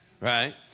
Right